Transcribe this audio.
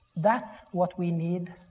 that's what we need